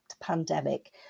pandemic